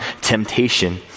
temptation